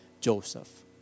Joseph